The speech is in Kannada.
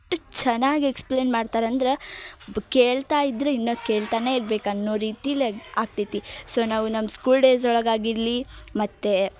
ಚೆನ್ನಾಗಿ ಎಕ್ಸ್ಪ್ಲೇನ್ ಮಾಡ್ತಾರೆ ಅಂದರೆ ಬ ಕೇಳ್ತಾಯಿದ್ದರೆ ಇನ್ನು ಕೇಳ್ತಾನೆ ಇರಬೇಕು ಅನ್ನೋ ರೀತಿಲೇ ಆಗ್ತೈತಿ ಸೊ ನಾವು ನಮ್ಮ ಸ್ಕೂಲ್ ಡೇಸ್ ಒಳಗಾಗಿರಲಿ ಮತ್ತು